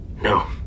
No